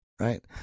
right